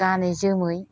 गानै जोमै